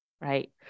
right